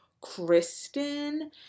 Kristen